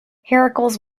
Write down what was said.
heracles